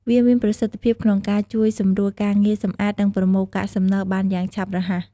វាមានប្រសិទ្ធភាព ក្នុងការជួយសម្រួលការងារសម្អាត និងប្រមូលកាកសំណល់បានយ៉ាងឆាប់រហ័ស។